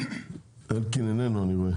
אני רואה